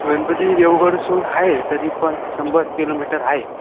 गणपती देवगडसून आहे तरी पण शंभर किलोमीटर आहे